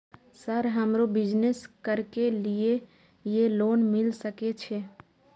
Sir हमरो business करके ली ये लोन मिल सके छे?